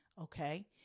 okay